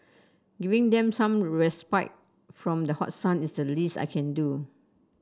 giving them some respite from the hot sun is the least I can do